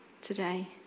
today